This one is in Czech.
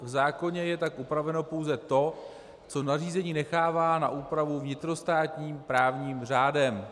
V zákoně je tak upraveno pouze to, co nařízení nechává na úpravu vnitrostátním právním řádem.